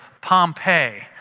Pompeii